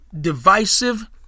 Divisive